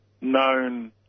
known